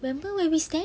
remember where we stand